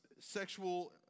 sexual